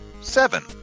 seven